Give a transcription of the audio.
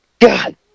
God